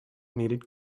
needed